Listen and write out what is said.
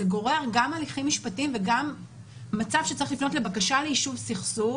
זה גורר הליכים משפטיים וגם מצב שצריך לפנות לבקשה ליישוב סכסוך.